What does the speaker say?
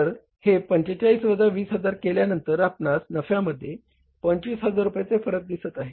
तर हे 45 वजा 20000 केल्यानंतर आपणास नफ्यामध्ये 25000 रुपयेचे फरक दिसत आहे